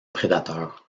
prédateur